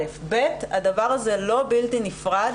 דבר שני, הדבר הזה לא בלתי נפרד